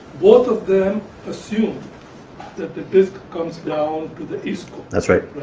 both of them assume that the disk comes down to the isco that's right.